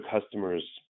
customers –